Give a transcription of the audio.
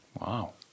Wow